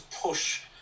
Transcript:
push